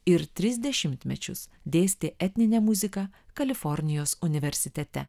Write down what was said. ir tris dešimtmečius dėstė etninę muziką kalifornijos universitete